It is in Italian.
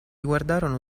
guardarono